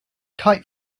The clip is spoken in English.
kite